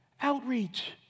Outreach